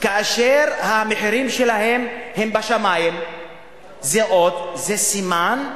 כאשר המחירים שלהם בשמים זה אות, זה סימן,